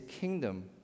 kingdom